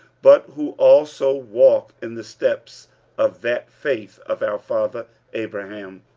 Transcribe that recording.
but who also walk in the steps of that faith of our father abraham,